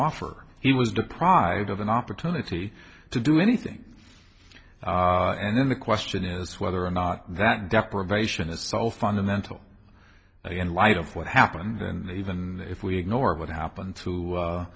offer he was deprived of an opportunity to do anything and then the question is whether or not that deprivation is so fundamental in light of what happened and even if we ignore what happened to